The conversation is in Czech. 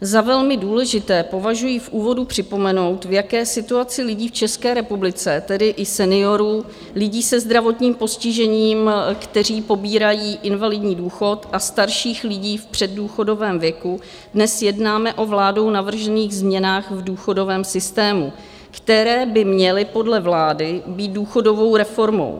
Za velmi důležité považuji v úvodu připomenout, v jaké situaci lidí v České republice, tedy i seniorů, lidí se zdravotním postižením, kteří pobírají invalidní důchod, a starších lidí v předdůchodovém věku, dnes jednáme o vládou navržených změnách v důchodovém systému, které by měly podle vlády být důchodovou reformou.